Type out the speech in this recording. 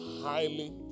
highly